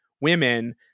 women